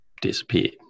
disappeared